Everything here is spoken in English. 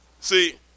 see